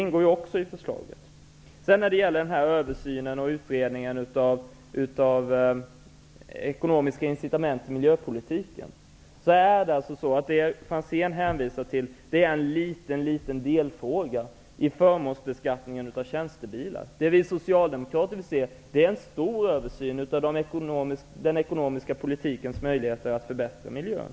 När det gäller översynen av ekonomiska incitament i miljöpolitiken hänvisar Ivar Franzén till en liten delfråga i förmånsbeskattningen av tjänstebilar. Vi socialdemokrater vill ha en stor översyn av den ekonomiska politikens möjligheter att förbättra miljön.